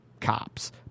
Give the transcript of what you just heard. cops